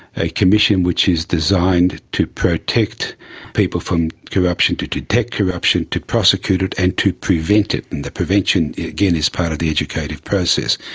a commission which is designed to protect people from corruption, to detect corruption, to prosecute it and to prevent it. and the prevention, again, is part of the educative process.